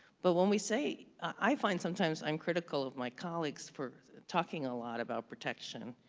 but when we say, i find sometimes i'm critical of my colleagues for talking a lot about protection,